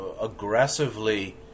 aggressively